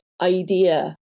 idea